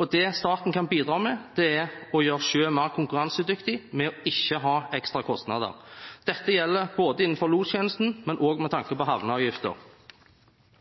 og det staten kan bidra med, er å gjøre sjø mer konkurransedyktig ved ikke å ha ekstra kostnader. Dette gjelder både innenfor lostjenesten og med tanke på havneavgifter.